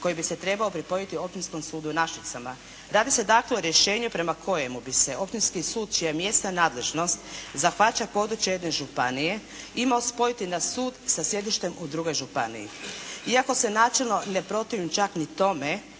koji bi se trebao pripojiti Općinskom sudu u Našicama. Radi se dakle o reješenju prema kojemu bi se općinski sud, čija mjesna nadležnost zahvaća područje jedne županije, …/Govornik se ne razumije./… spojiti na sud sa sjedištem u drugoj županiji. Iako se načelno ne protivim čak ni tome,